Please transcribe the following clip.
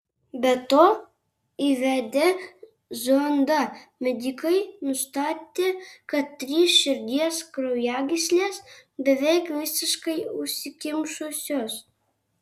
be to įvedę zondą medikai nustatė kad trys širdies kraujagyslės beveik visiškai užsikimšusios